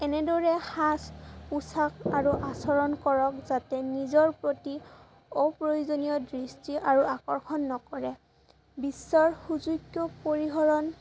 এনেদৰে সাজ পোচাক আৰু আচৰণ কৰক যাতে নিজৰ প্ৰতি অপ্ৰয়োজনীয় দৃষ্টি আৰু আকৰ্ষণ নকৰে বিশ্বৰ সুযোগ্য পৰিসৰণ